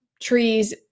trees